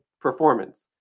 performance